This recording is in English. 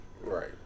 Right